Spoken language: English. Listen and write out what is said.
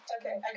Okay